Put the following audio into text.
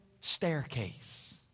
staircase